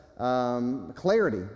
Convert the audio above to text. Clarity